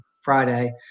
Friday